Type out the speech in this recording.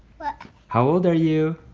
but how old are you?